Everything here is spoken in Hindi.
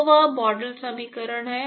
तो वह मॉडल समीकरण है